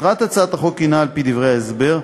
מטרת הצעת החוק היא, על-פי דברי ההסבר,